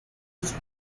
sus